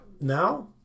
now